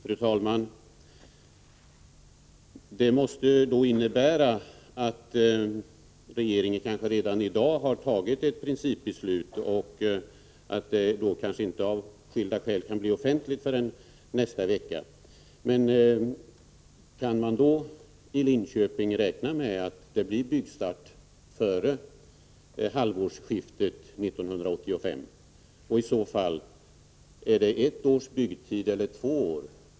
Fru talman! Det måste då innebära att regeringen kanske redan i dag har tagit ett principbeslut och att det av skilda skäl inte blir offentligt förrän nästa vecka. Kan man då i Linköping räkna med att det blir byggstart före halvårsskiftet 1985? Och i så fall: Är det ett års byggtid eller två?